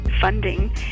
funding